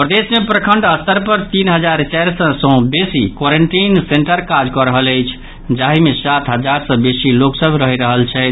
प्रदेश मे प्रखंड स्तर पर तीन हजार चारि सय सँ बेसी क्वारेंटाइन सेंटर काज कऽ रहल अछि जाहि मे सात हजार सँ बेसी लोक सभ रहि रहल छथि